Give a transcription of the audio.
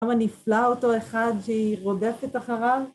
כמה נפלא אותו אחד שהיא רודפת אחריו?